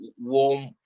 warm